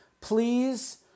please